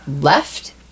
left